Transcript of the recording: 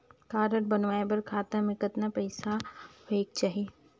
Card बनवाय बर खाता मे कतना पईसा होएक चाही?